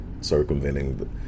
circumventing